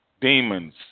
Demons